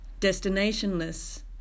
destinationless